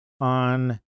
on